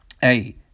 hey